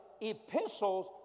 epistles